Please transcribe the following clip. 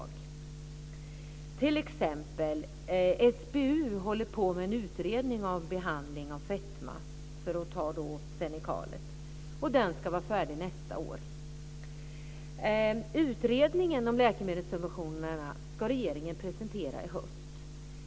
Vad gäller Xenical håller t.ex. SBU på med en utredning av behandling av fetma som ska vara färdig nästa år. Utredningen om läkemedelssubventionerna ska regeringen presentera i höst.